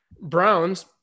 Browns